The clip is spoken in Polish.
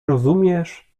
rozumiesz